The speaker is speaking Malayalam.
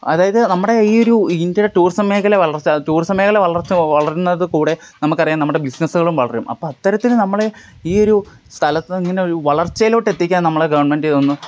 അതായത് നമ്മുടെ ഈ ഒരു ഇന്ത്യയുടെ ടൂറിസം മേഖല വളർച്ച ടൂറിസം മേഖല വളർച്ച വളരുന്നത് കൂടെ നമുക്കറിയാം നമ്മുടെ ബിസിനസുകളും വളരും അപ്പോള് അത്തരത്തില് നമ്മള് ഈ ഒരു സ്ഥലത്ത് ഇങ്ങനൊരു വളർച്ചയിലോട്ടെത്തിക്കാൻ നമ്മളെ ഗവൺമെൻ്റ് ഒന്ന്